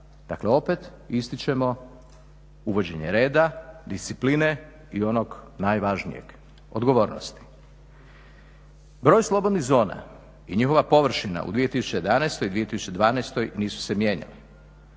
Dakle opet ističemo uvođenje reda, discipline i onog najvažnijeg, odgovornosti. Broj slobodnih zona i njihova površina u 2011. i 2012. nisu se mijenjale.